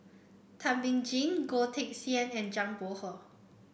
Thum Ping Tjin Goh Teck Sian and Zhang Bohe